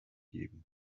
geben